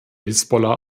hisbollah